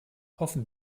hoffen